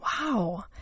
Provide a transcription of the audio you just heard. wow